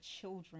children